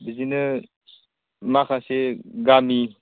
बिदिनो माखासे गामि